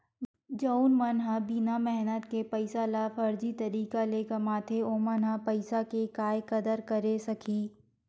जउन मन ह बिना मेहनत के पइसा ल फरजी तरीका ले कमाथे ओमन ह पइसा के काय कदर करे सकही